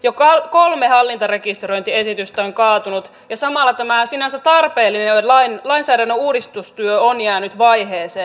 jo kolme hallintarekisteröintiesitystä on kaatunut ja samalla tämä sinänsä tarpeellinen lainsäädännön uudistustyö on jäänyt vaiheeseen